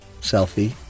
selfie